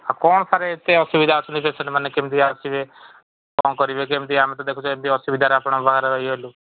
ଆଉ କ'ଣ ସାରେ ଏତେ ଅସୁବିଧା ଅଛନ୍ତି ପେସେଣ୍ଟ ମାନେ କେମିତି ଆସିବେ କ'ଣ କରିବେ କେମିତି ଆମେ ତ ଦେଖୁଛେ ଏମିତି ଅସୁବିଧାରେ ଆପଣ ବାହାରେ ରହିଗଲୁ